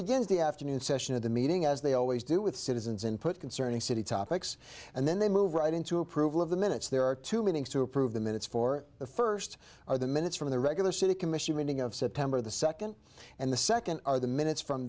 begins the afternoon session of the meeting as they always do with citizens input concerning city topics and then they move right into approval of the minutes there are two meetings to approve the minutes for the first or the minutes from the regular city commission meeting of september the second and the second are the minutes from